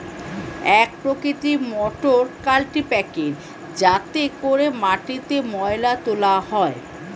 এক প্রকৃতির মোটর কাল্টিপ্যাকের যাতে করে মাটিতে ময়লা তোলা হয়